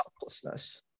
helplessness